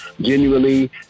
genuinely